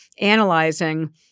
Analyzing